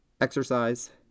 exercise